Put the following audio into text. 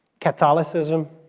catholicism,